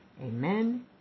Amen